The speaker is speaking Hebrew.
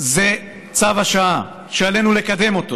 זה צו השעה שעלינו לקדם אותו.